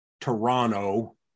Toronto